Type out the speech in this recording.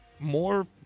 More